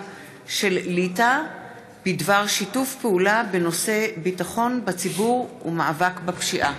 של ליטא בדבר שיתוף פעולה בנושא ביטחון הציבור ומאבק בפשיעה.